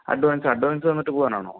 advance advance തന്നിട്ട് പോവാൻ ആണോ